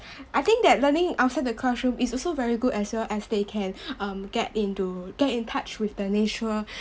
I think that learning outside the classroom is also very good as well as they can um get into get in touch with the nature